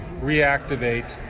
reactivate